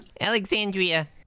Alexandria